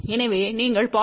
எனவே நீங்கள் 0